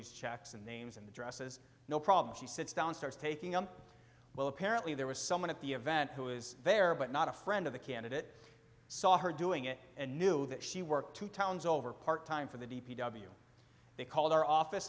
these checks and names and addresses no problem she sits down and starts taking on well apparently there was someone at the event who was there but not a friend of the candidate saw her doing it and knew that she worked two towns over part time for the d p w they called our office